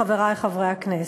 חברי חברי הכנסת.